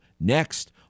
next